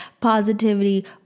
positivity